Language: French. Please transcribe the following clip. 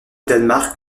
danemark